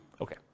Okay